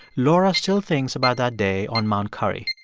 laura still thinks about that day on mount currie.